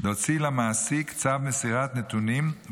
להוציא למעסיק צו מסירת נתונים,